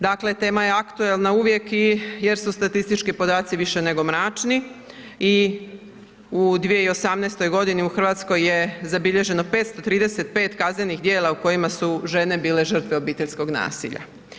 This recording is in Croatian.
Dakle, tema je aktualna uvijek i jer su statistički podaci više nego mračni i u 2018. godini u Hrvatskoj je zabilježeno 535 kaznenih djela u kojima su žene bile žrtve obiteljskog nasilja.